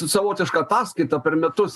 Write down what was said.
savotišką paskaitą per metus